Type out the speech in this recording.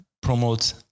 promote